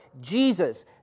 Jesus